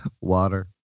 water